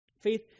Faith